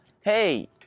hey